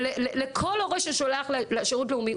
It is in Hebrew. ולכל הורה ששולח לשירות לאומי,